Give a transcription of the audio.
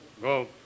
go